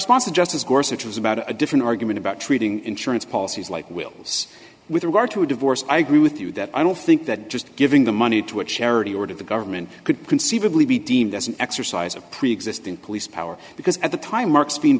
responses just as gorsuch was about a different argument about treating insurance policies like wills with regard to a divorce i agree with you that i don't think that just giving the money to a charity or to the government could conceivably be deemed as an exercise of preexisting police power because at the time mark's be